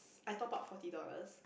I topped up forty dollars